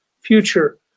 future